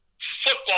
football